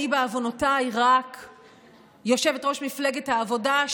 אני בעוונותיי רק יושבת-ראש מפלגת העבודה,